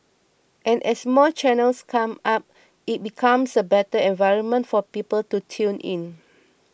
and as more channels come up it becomes a better environment for people to tune in